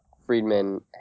Friedman